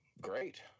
great